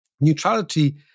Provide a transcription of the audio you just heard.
neutrality